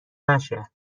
نشه